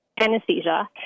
anesthesia